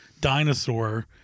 dinosaur